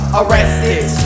arrested